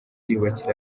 yubakira